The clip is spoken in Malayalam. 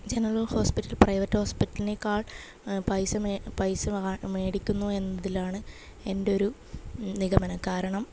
ജെനറൽ ഹോസ്പിറ്റൽ പ്രൈവറ്റ് ഹോസ്പിറ്റൽനേക്കാൾ പൈസമേ പൈസ വാ മേടിക്കുന്നൂ എന്നതിലാണ് എൻറ്റൊരു നിഗമനം കാരണം